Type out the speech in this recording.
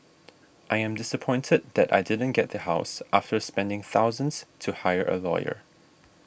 I am disappointed that I didn't get the house after spending thousands to hire a lawyer